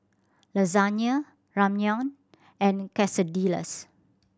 Lasagna Ramyeon and Quesadillas